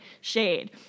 shade